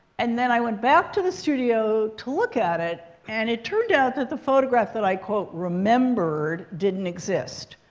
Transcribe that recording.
and then, i went back to the studio to look at it. and it turned out that the photograph that i remembered didn't exist.